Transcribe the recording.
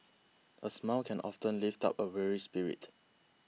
a smile can often lift up a weary spirit